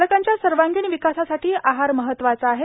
बालकांच्या सर्वांगीण विकासासाठी आहार महत्वाचा आहे